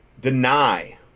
deny